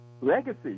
legacy